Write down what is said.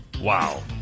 Wow